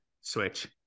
switch